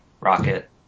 Rocket